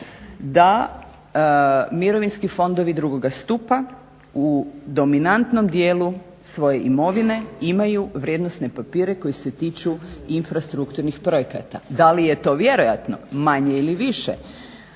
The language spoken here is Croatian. da mirovinski fondovi drugoga stupa u dominantnom dijelu svoje imovine imaju vrijednosne papire koji se tiče infrastrukturnih projekata. Da li je to vjerojatno manje ili više,